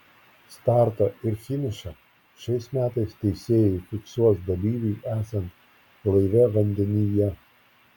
startą ir finišą šiais metais teisėjai fiksuos dalyviui esant laive vandenyje